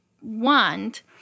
want